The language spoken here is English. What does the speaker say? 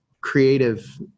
creative